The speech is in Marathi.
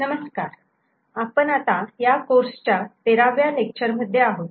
नमस्कार आपण आता या कोर्सच्या तेराव्या लेक्चर मध्ये आहोत